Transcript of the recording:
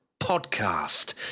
podcast